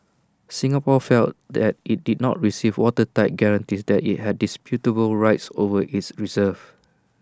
Singapore felt that IT did not receive watertight guarantees that IT had indisputable rights over its reserves